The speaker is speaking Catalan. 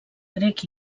grec